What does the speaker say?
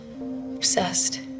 obsessed